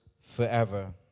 forever